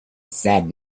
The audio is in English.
said